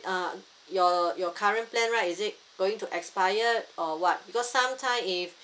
uh your your current plan right is it going to expired or what because sometime if